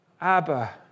Abba